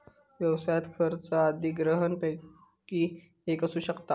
व्यवसायात खर्च अधिग्रहणपैकी एक असू शकता